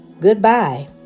goodbye